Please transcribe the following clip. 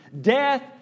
death